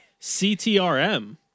CTRM